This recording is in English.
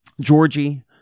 Georgie